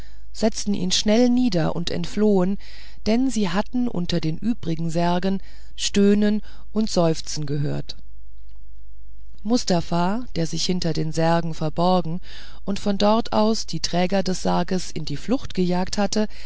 setzten ihn schnell nieder und entflohen denn sie hatten unter den übrigen särgen stöhnen und seufzen gehört mustafa der sich hinter den särgen verborgen und von dort aus die träger des sarges in die flucht gejagt hatte